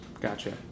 Gotcha